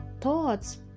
thoughts